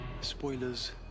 Spoilers